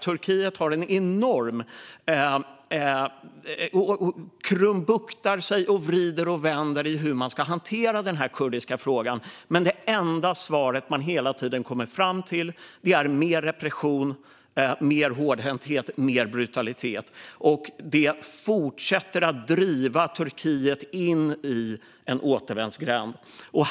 Turkiet krumbuktar och vrider och vänder sig när det gäller hur man ska hantera den kurdiska frågan, men det enda svar man hela tiden kommer fram till är mer repression, mer hårdhänthet och mer brutalitet. Det fortsätter att driva Turkiet in i en återvändsgränd.